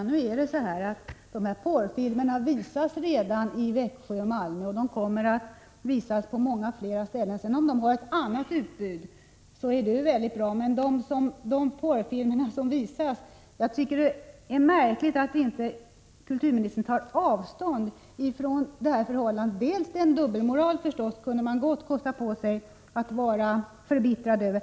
Herr talman! De aktuella porrfilmerna visas redan i Växjö och Malmö, och de kommer att visas på många fler ställen. Det är mycket bra om Esselte har ett annat utbud, men jag tycker att det är märkligt att inte kulturministern tar avstånd från att man faktiskt visar porrfilmer. Det är fråga om en dubbelmoral, som man gott skulle kunna kosta på sig att vara förbittrad över.